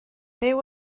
byw